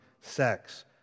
sex